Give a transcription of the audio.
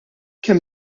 kemm